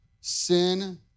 Sin